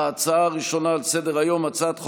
ההצעה הראשונה על סדר-היום היא הצעת חוק-יסוד: